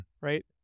right